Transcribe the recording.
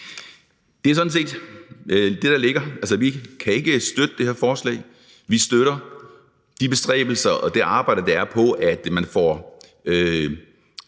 det er sådan set sådan, det ligger. Altså, vi kan ikke støtte det her forslag. Vi støtter de bestræbelser og det arbejde, der er, med at få